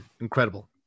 incredible